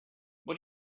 what